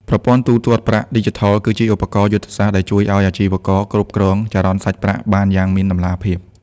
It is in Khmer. ប្រព័ន្ធ ទូទាត់ប្រាក់ឌីជីថលគឺជាឧបករណ៍យុទ្ធសាស្ត្រដែលជួយឱ្យអាជីវករគ្រប់គ្រងចរន្តសាច់ប្រាក់បានយ៉ាងមានតម្លាភាព។